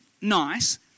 nice